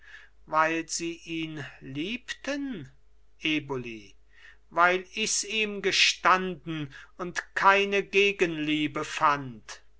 weil sie ihn liebten eboli weil ichs ihm gestanden und keine gegenliebe fand